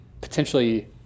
potentially